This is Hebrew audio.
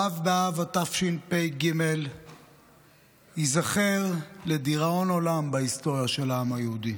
ו' באב התשפ"ג ייזכר לדיראון עולם בהיסטוריה של העם היהודי.